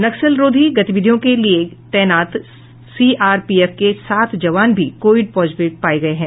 नक्सल रोधी गतिविधियों के लिए तैनात सीआरपीएफ के सात जवान भी कोविड पॉजिटिव पाये गये हैं